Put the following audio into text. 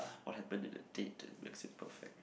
what happen to the date that makes it perfect